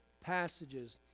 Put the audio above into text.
passages